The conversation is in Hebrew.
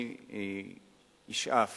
אני אשאף